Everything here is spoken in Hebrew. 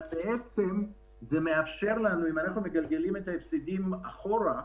אבל אם אנחנו מגלגלים את ההפסדים אחורה,